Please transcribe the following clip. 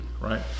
right